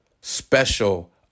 special